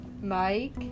Mike